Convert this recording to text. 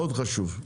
מאוד חשוב.